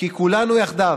כי כולנו יחדיו,